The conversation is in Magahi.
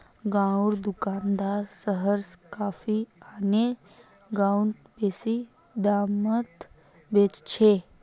गांउर दुकानदार शहर स कॉफी आने गांउत बेसि दामत बेच छेक